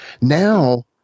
Now